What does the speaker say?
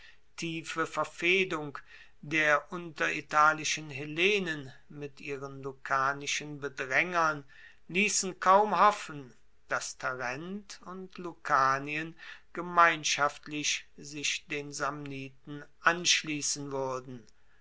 tiefe verfehdung der unteritalischen hellenen mit ihren lucanischen bedraengern liessen kaum hoffen dass tarent und lucanien gemeinschaftlich sich den samniten anschliessen wuerden